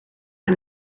aan